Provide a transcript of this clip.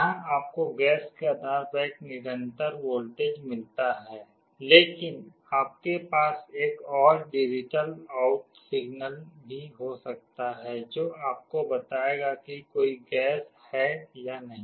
यहां आपको गैस के आधार पर एक निरंतर वोल्टेज मिलता है लेकिन आपके पास एक और डिजिटल आउट सिग्नल भी हो सकता है जो आपको बताएगा कि कोई गैस है या नहीं